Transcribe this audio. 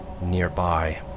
nearby